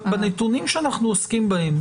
בנתונים שאנחנו עוסקים בהם,